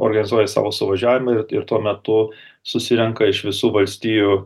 organizuoja savo suvažiavimą ir ir tuo metu susirenka iš visų valstijų